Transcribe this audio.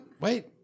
wait